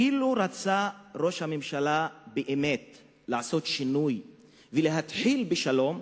אילו רצה ראש הממשלה באמת לעשות שינוי ולהתחיל בשלום,